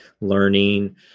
learning